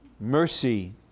Mercy